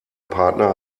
partner